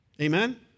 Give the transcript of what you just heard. Amen